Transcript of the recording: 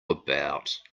about